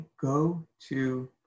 go-to